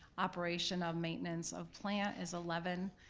operation of maintenance of plant is eleven,